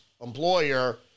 employer